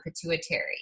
pituitary